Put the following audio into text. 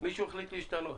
ושמישהו החליט להשתנות.